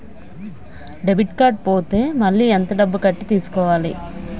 Debit card పోతే మళ్ళీ ఎంత డబ్బు కట్టి తీసుకోవాలి?